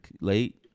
late